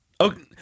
Okay